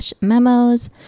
memos